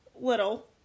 little